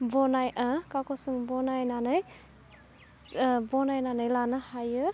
बनाय खागजजों बनायनानै बनायनानै लानो हायो